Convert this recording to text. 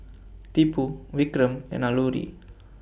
Tipu Vikram and Alluri